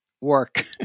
work